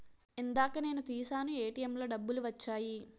ఇందాక నేను తీశాను ఏటీఎంలో డబ్బులు వచ్చాయి